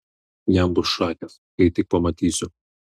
jam bus šakės kai tik pamatysiu